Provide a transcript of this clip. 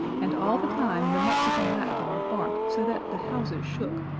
and all the time the mexican lapdog barked so that the houses shook,